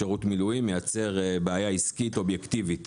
שירות מילואים מייצר בעייה עסקית אובייקטיבית